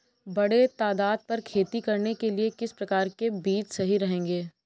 बड़े तादाद पर खेती करने के लिए किस प्रकार के बीज सही रहेंगे?